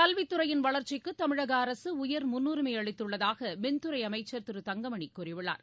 கல்வித் துறையின் வளர்ச்சிக்கு தமிழக அரசு உயர் முன்னுரிமை அளித்துள்ளதாக மின்துறை அமைச்சர் திரு தங்கமணி கூறியுள்ளார்